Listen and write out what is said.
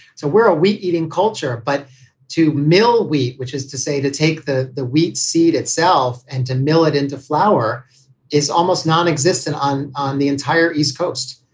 so where are we eating culture? but to mill wheat, which is to say to take the the wheat seed itself and to mill it into flour is almost nonexistent on on the entire east coast.